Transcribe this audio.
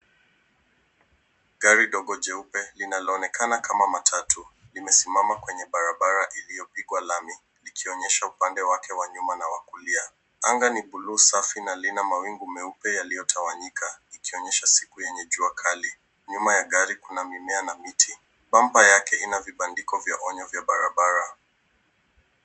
Gari dogo jeupe linaloonekana kama matatu limesimama kwenye barabara iliyopigwa lami, likionyesha upande wake wa nyuma na wa kulia. Anga ni bluu safi na ina mawingu meupe yaliyotawanyika ikionyesha siku yenye jua kali. Nyuma ya gari kuna mimea na miti. Bumper yake ina vibandiko vya onyo vya barabara.